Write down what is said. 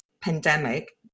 pandemic